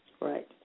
Right